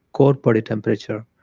cold body temperature.